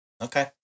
Okay